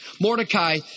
Mordecai